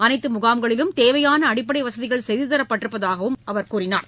அனைத்து முகாம்களிலும் தேவையான அடிப்படை வசதிகள் செய்து தரப்பட்டிருப்பதாகவும் அவர் தெரிவித்தார்